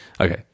Okay